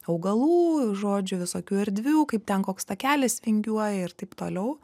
augalų žodžiu visokių erdvių kaip ten koks takelis vingiuoja ir taip toliau